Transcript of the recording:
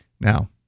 now